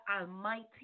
Almighty